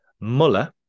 Muller